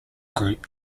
group